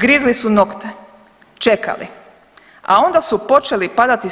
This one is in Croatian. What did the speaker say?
Grizli su nokte, čekali, a onda su počeli padati